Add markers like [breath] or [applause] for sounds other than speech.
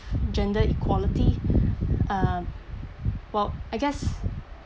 gender equality [breath] uh well I guess